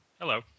Hello